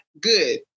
good